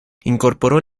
incorporó